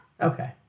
Okay